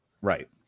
Right